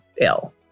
ill